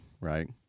right